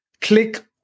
Click